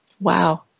Wow